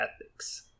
ethics